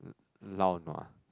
lao-nua